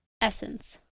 Essence